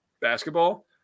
basketball